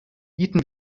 bieten